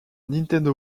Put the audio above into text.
nintendo